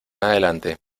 adelante